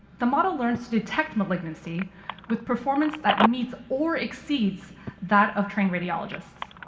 the model learns to detect malignancy with performance that meets or exceeds that of trained radiologists.